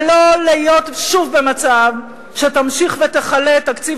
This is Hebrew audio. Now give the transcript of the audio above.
ולא להיות שוב במצב שתמשיך ותכלה את תקציב